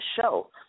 show